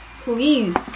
Please